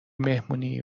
مهمونی